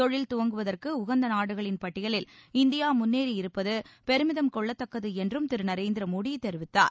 தொழில் துவங்குவதற்கு உகந்த நாடுகளின் பட்டியலில் இந்தியா முன்னேறியிருப்பது பெருமிதம் கொள்ளத்தக்கது என்றும் திரு நரேந்திர மோடி தெரிவித்தார்